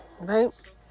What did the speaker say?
right